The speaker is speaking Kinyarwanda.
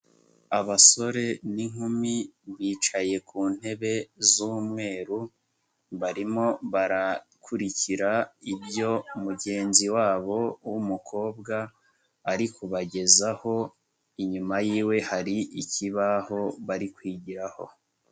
Abasore n'inkumi bicaye ku ntebe z'umweru, barimo barakurikira ibyo mugenzi wabo w'umukobwa ari kubagezaho, inyuma yiwe hari ikibaho bari kwigiraho.